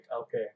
okay